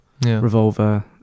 Revolver